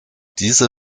diese